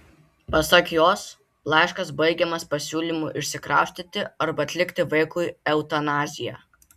pasak jos laiškas baigiamas pasiūlymu išsikraustyti arba atlikti vaikui eutanaziją